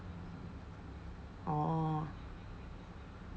orh